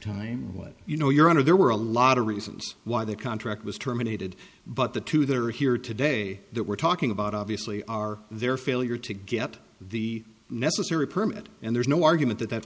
time what you know your honor there were a lot of reasons why the contract was terminated but the two they're here today that we're talking about obviously are their failure to get the necessary permit and there's no argument that that